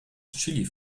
chili